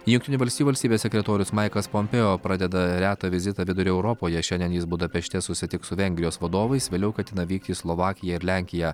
jungtinių valstijų valstybės sekretorius maikas pompėo pradeda retą vizitą vidurio europoje šiandien jis budapešte susitiks su vengrijos vadovais vėliau ketina vykti į slovakiją ir lenkiją